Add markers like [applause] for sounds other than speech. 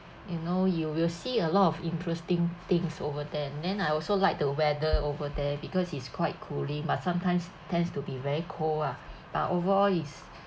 you know you will see a lot of interesting things over there and then I also like the weather over there because it's quite cooling but sometimes tends to be very cold ah [breath] but overall is